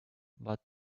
but